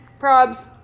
probs